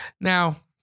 Now